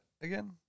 again